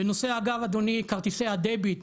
לנושא כרטיסי הדביט,